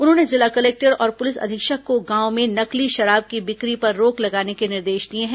उन्होंने जिला कलेक्टर और पुलिस अधीक्षक को गांव में नकली शराब की बिक्री पर रोक लगाने के निर्देश दिए हैं